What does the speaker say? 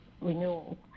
renewal